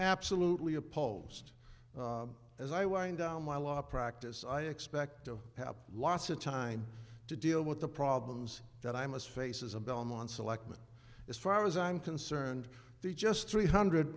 absolutely opposed as i wind down my law practice i expect to have lots of time to deal with the problems that i must face is a belmont selectman as far as i'm concerned they're just three hundred